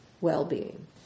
well-being